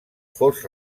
fos